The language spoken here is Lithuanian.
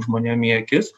žmonėm į akis